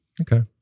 Okay